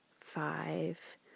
five